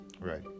Right